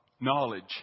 knowledge